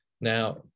Now